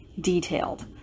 detailed